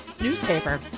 newspaper